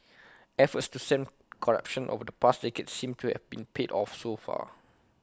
efforts to stem corruption over the past decade seem to have been paid off so far